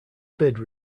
bid